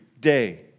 day